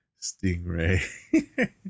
Stingray